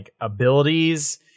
abilities